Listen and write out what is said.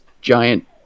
giant